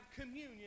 communion